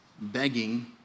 begging